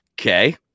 okay